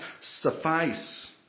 suffice